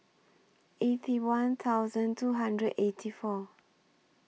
A C one thousand two hundred and eighty four